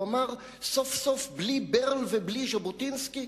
הוא אמר: סוף-סוף בלי ברל ובלי ז'בוטינסקי,